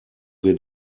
wir